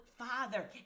Father